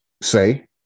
say